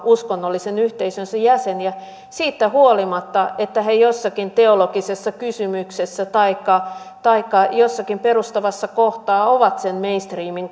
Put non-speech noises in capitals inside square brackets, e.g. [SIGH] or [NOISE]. uskonnollisen yhteisönsä jäseniä siitä huolimatta että he jossakin teologisessa kysymyksessä taikka taikka jossakin perustavassa kohtaa ovat sen mainstreamin [UNINTELLIGIBLE]